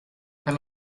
per